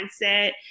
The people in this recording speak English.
mindset